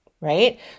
right